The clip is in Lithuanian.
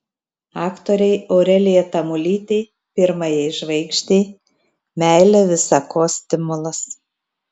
aktorei aurelijai tamulytei pirmajai žvaigždei meilė visa ko stimulas